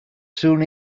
soon